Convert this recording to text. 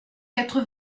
quatre